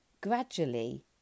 Gradually